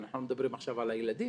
אנחנו לא מדברים עכשיו על הילדים,